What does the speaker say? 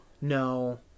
No